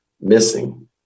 missing